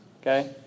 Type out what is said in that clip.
Okay